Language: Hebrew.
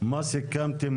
מה סיכמתם,